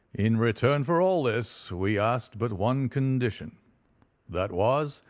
in return for all this we asked but one condition that was,